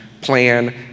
plan